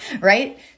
Right